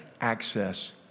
access